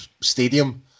stadium